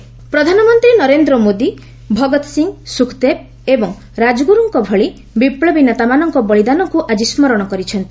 PM Lohia ପ୍ରଧାନମନ୍ତ୍ରୀ ନରେନ୍ଦ୍ର ମୋଦି ଭଗତ୍ ସିଂ ସ୍ରଖଦେବ ଓ ରାଜଗ୍ରର୍ତ୍କ ଭଳି ବିପ୍ଲବୀ ନେତାମାନଙ୍କ ବଳିଦାନକୁ ଆଜି ସ୍କରଣ କରିଛନ୍ତି